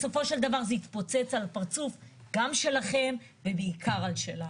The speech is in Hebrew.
בסופו של דבר זה יתפוצץ בפרצוף גם שלכם ובעיקר בשלנו.